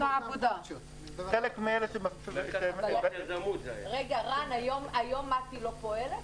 רן, היום מת"י לא פועלת?